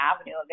avenue